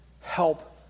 help